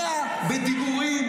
100 בדיבורים,